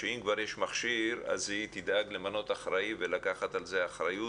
שאם כבר יש מכשיר אז היא תדאג למנות אחראי ולקחת על זה אחריות.